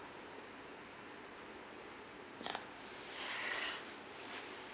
ya